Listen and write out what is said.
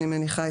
אני מניחה,